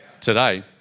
today